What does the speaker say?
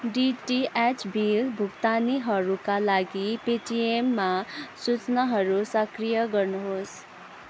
DTH bill भुक्तानीहरूका लागि पेटिएममा सूचनाहरू सक्रिय गर्नुहोस्